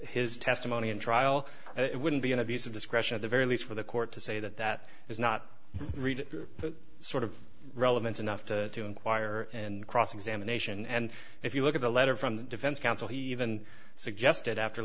his testimony in trial and it wouldn't be an abuse of discretion of the very least for the court to say that that is not read sort of relevant enough to enquire and cross examination and if you look at the letter from the defense counsel he even suggested after